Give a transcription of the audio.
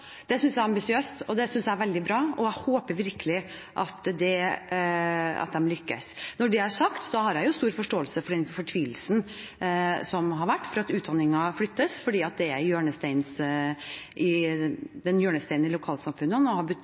Det synes jeg er ambisiøst, det synes jeg er veldig bra, og jeg håper virkelig at de lykkes. Når det er sagt, har jeg stor forståelse for den fortvilelsen som har vært for at utdanningen flyttes, for det er en hjørnestein i lokalsamfunnene og har